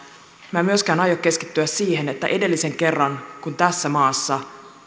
minä en myöskään aio keskittyä siihen että edellisen kerran kun tässä maassa